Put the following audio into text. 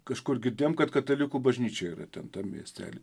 kažkur girdėjom kad katalikų bažnyčia yra ten tam miestely